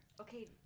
Okay